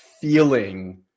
feeling